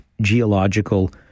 Geological